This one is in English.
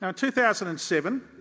and two thousand and seven,